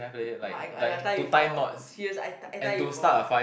ah I got I got tie before serious I tie I tie before